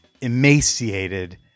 emaciated